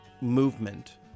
movement